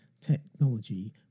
technology